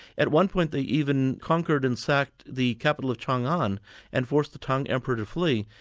at one point they even conquered and sacked the capital of chang'an and forced the tang emperor to flee,